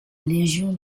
légion